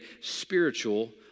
spiritual